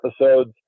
episodes